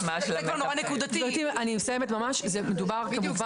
גבירתי אני מסיימת ממש, מדובר בדיני נפשות,